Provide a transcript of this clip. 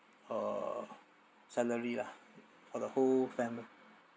or salary lah for the whole fami~